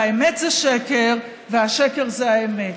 והאמת זה שקר והשקר זה האמת.